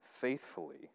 faithfully